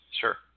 Sure